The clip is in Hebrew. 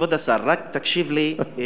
כבוד השר, רק תקשיב לי.